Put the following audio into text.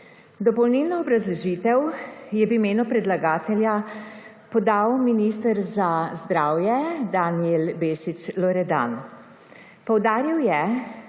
Dopolnilno obrazložitev je v imenu predlagatelja podal minister za zdravje Danijel Bešič Loredan. Poudaril je,